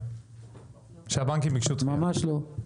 ממש לא.